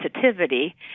sensitivity